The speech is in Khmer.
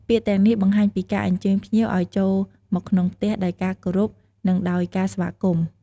ពាក្យទាំងនេះ បង្ហាញពីការអញ្ជើញភ្ញៀវឲ្យចូលមកក្នុងផ្ទះដោយការគោរព និងដោយការស្វាគមន៍។